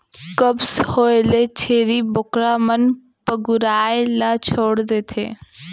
कब्ज होए ले छेरी बोकरा मन पगुराए ल छोड़ देथे